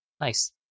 Nice